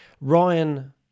Ryan